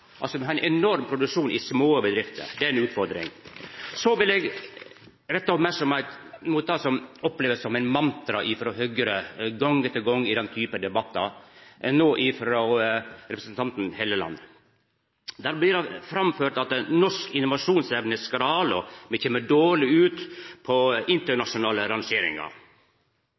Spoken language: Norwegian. altså ein enorm produksjon i små bedrifter. Det er ei utfordring. Så vil eg retta merksemda mot det som opplevast som eit mantra frå Høgre gong etter gong i den typen debattar, nå frå representanten Hofstad Helleland. Der blir det framført at norsk innovasjonsevne er skral, og me kjem dårleg ut på internasjonale